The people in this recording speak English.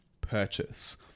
purchase